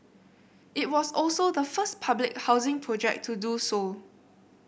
it was also the first public housing project to do so